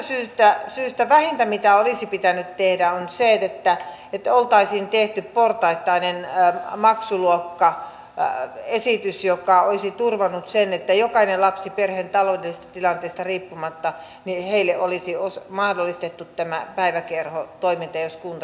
tästä syystä vähintä mitä olisi pitänyt tehdä on se että oltaisiin tehty portaittainen maksuluokkaesitys joka olisi turvannut sen että jokaiselle lapsiperheelle taloudellisesta tilanteesta riippumatta olisi mahdollistettu tämä päiväkerhotoiminta jos kunta sitä järjestää